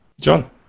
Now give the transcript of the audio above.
John